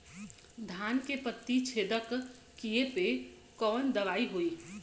धान के पत्ती छेदक कियेपे कवन दवाई होई?